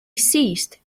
ceased